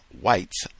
white's